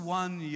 one